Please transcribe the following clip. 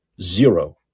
Zero